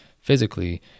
physically